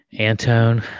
Antone